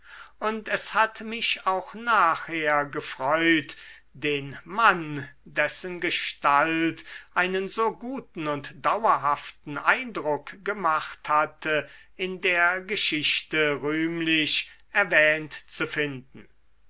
und es hat mich auch nachher gefreut den mann dessen gestalt einen so guten und dauerhaften eindruck gemacht hatte in der geschichte rühmlich erwähnt zu finden